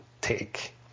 take